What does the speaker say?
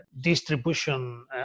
distribution